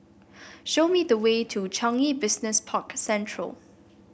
show me the way to Changi Business Park Central